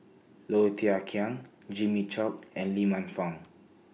Low Thia Khiang Jimmy Chok and Lee Man Fong